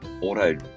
auto